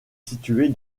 située